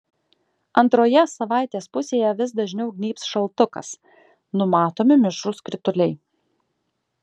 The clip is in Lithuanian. antroje savaitės pusėje vis dažniau gnybs šaltukas numatomi mišrūs krituliai